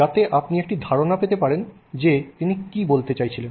যাতে আপনি একটি ধারণা পারেন যে তিনি কি বলতে চাইছেন